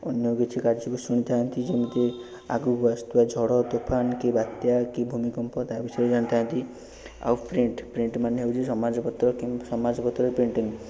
ଅନ୍ୟ କିଛି କାର୍ଯ୍ୟକୁ ଶୁଣିଥାନ୍ତି ଯେମିତି ଆଗକୁ ଆସୁଥିବା ଝଡ଼ ତୁଫାନ୍ କି ବାତ୍ୟା କି ଭୂମିକମ୍ପ ତା' ବିଷୟରେ ଜାଣିଥାନ୍ତି ଆଉ ପ୍ରିଣ୍ଟ୍ ପ୍ରିଣ୍ଟ୍ ମାନେ ହେଉଛି ସମାଜପତ୍ର ସମାଜପତ୍ର ପ୍ରିଣ୍ଟିଙ୍ଗ୍